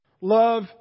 Love